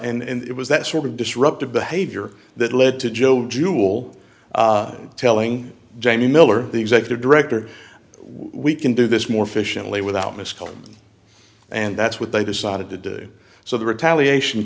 and it was that sort of disruptive behavior that led to joe jewel telling jamie miller the executive director we can do this more efficiently without muskoka and that's what they decided to do so the retaliation